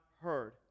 heard